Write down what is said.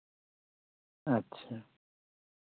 ᱟᱪᱪᱷᱟ